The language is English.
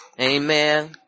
Amen